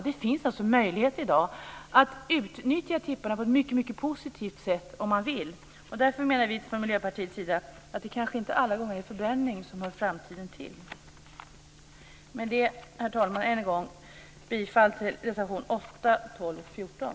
Det finns alltså möjligheter i dag att utnyttja tipparna på ett mycket positivt sätt, om man vill. Därför menar vi från Miljöpartiets sida att det kanske inte alla gånger är förbränning som hör framtiden till. Med detta, herr talman, yrkar jag än en gång bifall till reservationerna 8, 12 och 14.